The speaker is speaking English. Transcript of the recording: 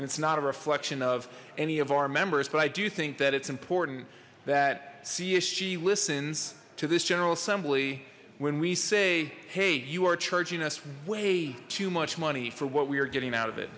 and it's not a reflection of any of our members but i do think that it's important that csg listens to this general assembly when we say hey you are charging us way too much money for what we are getting out of it